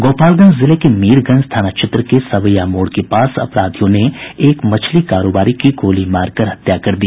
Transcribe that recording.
गोपालगंज जिले के मीरगंज थाना क्षेत्र के सवैया मोड़ के पास अपराधियों ने एक मछली कारोबारी की गोली मारकर हत्या कर दी